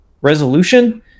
Resolution